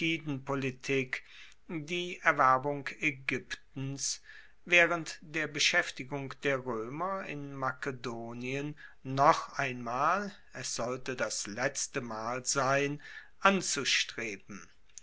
die erwerbung aegyptens waehrend der beschaeftigung der roemer in makedonien noch einmal es sollte das letzte mal sein anzustreben